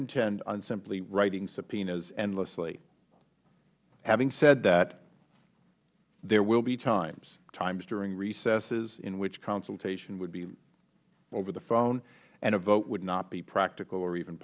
intend on simply writing subpoenas endlessly having said that there will be times times during recesses in which consultation will be over the phone and a vote would not be practical or even